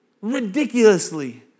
ridiculously